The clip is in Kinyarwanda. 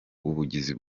ubugizi